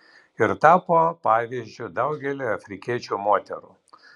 ir tapo pavyzdžiu daugeliui afrikiečių moterų